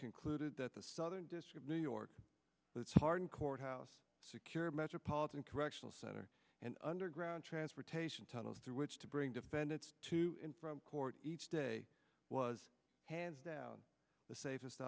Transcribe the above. concluded that the southern district of new york let's harden courthouse security metropolitan correctional center and underground transportation tunnels through which to bring defendants to court each day was hands down the safest